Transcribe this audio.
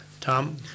Tom